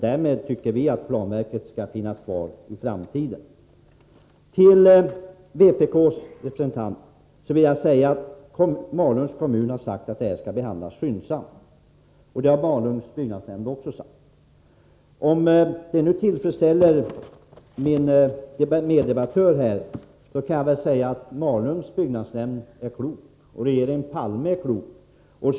Vi tycker att planverket skall finnas kvar i framtiden. Till vpk:s representant vill jag säga att Malungs kommun har framhållit att detta ärende skall behandlas skyndsamt. Det har Malungs kommuns byggnadsnämnd också sagt. Om det kan tillfredsställa min meddebattör här vill jag säga att Malungs byggnadsnämnd är klok och att regeringen Palme är klok.